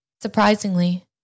Surprisingly